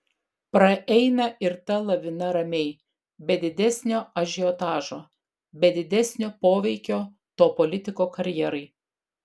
praeina ir ta lavina ramiai be didesnio ažiotažo be didesnio poveikio to politiko karjerai